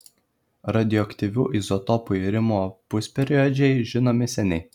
radioaktyvių izotopų irimo pusperiodžiai žinomi seniai